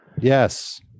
Yes